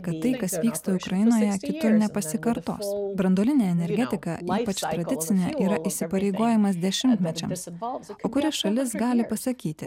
kad tai kas vyksta ukrainoje kitur nepasikartos branduolinė energetika ypač tradicinė yra įsipareigojimas dešimtmečiams kuri šalis gali pasakyti